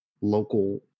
local